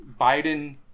Biden